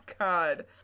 God